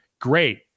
great